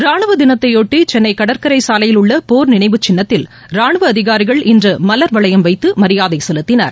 ராணுவத்தினத்தைபொட்டி சென்னை கடற்கரை சாலையில் உள்ள போர் நினைவுச்சின்னத்தில் ராணுவ அதிகாரிகள் இன்று மலர் வளையம் வைத்து மரியாதை செலுத்தினர்